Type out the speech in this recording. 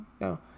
no